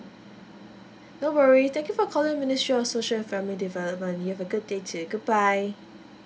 no worry thank you for calling ministry of social and family development you have a good day too goodbye